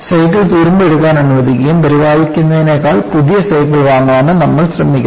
cycle തുരുമ്പ് എടുക്കാൻ അനുവദിക്കുകയും പരിപാലിക്കുന്നതിനേക്കാൾ പുതിയ സൈക്കിൾ വാങ്ങാനും നമ്മൾ ശ്രമിക്കുന്നു